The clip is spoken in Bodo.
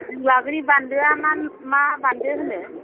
जों लागोनि बान्दो आ मा बान्दो होनो